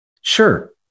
sure